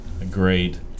Agreed